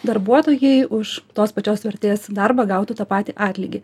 darbuotojai už tos pačios vertės darbą gautų tą patį atlygį